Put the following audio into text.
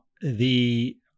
the-